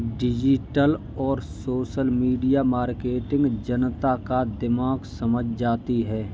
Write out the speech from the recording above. digital और social media marketing जनता का दिमाग समझ जाती है